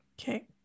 Okay